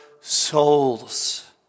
souls